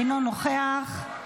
אינו נוכח,